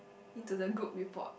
into the good report